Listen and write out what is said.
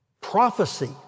Prophecy